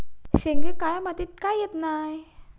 शेंगे काळ्या मातीयेत का येत नाय?